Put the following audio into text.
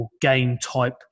game-type